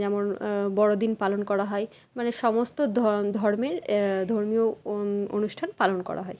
যেমন বড়োদিন পালন করা হয় মানে সমস্ত ধর্মের ধর্মীয় অনুষ্ঠান পালন করা হয়